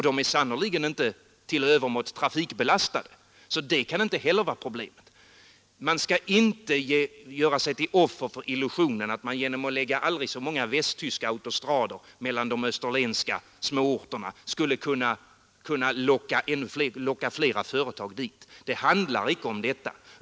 De är sannerligen inte heller till övermått hårt trafikbelastade. Man skall inte göra sig till offer för illusionen att man genom att lägga västtyska autostrador mellan de österlenska småorterna skulle kunna locka fler företag dit. Det handlar icke om detta.